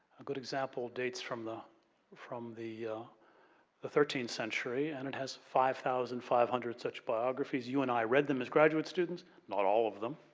a good example dates from the from the thirteenth century and it has five thousand five hundred such biographies. you and i read them as graduate students, not all of them.